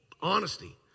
Honesty